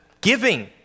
giving